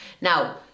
now